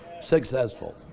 successful